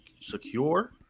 secure